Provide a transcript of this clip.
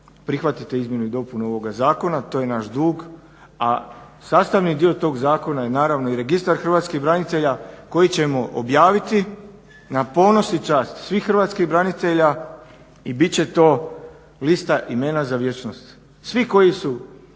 prihvatite izmjenu i dopunu ovog zakona. To je naš dug, a sastavni dio tog zakona je naravno i Registar hrvatskih branitelja kojeg ćemo objaviti na ponos i čast svih hrvatskih branitelja i bit će to lista imena za vječnost. Svi koji su